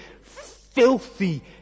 filthy